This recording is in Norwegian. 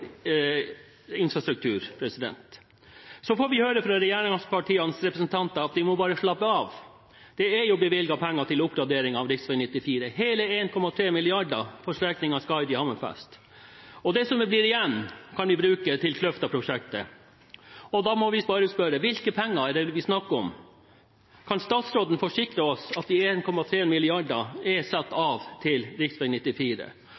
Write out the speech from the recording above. infrastruktur. Så får vi høre fra regjeringspartienes representanter at vi må bare slappe av – det er jo bevilget penger til oppgradering av rv. 94 – hele 1,3 mrd. kr til strekningen Skaidi–Hammerfest, og det som blir igjen, kan vi bruke til Kløfta-prosjektet. Da må vi bare spørre: Hvilke penger er det snakk om? Kan statsråden forsikre oss om at 1,3 mrd. kr er satt av til rv. 94?